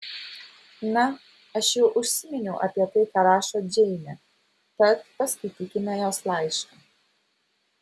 na aš jau užsiminiau apie tai ką rašo džeinė tad paskaitykime jos laišką